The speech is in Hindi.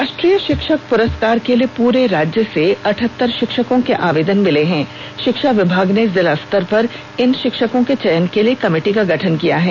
राष्ट्रीय शिक्षक पुरस्कार के लिए पूरे राज्य से अठहतर शिक्षकों के आवेदन मिले हैं शिक्षा विभाग ने जिलास्तर पर इन शिक्षकों के चयन के लिए कमिटी का गठन किया है